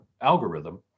algorithm